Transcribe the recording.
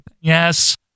Yes